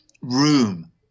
room